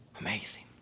Amazing